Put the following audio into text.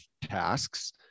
tasks